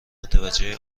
متوجه